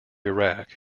iraq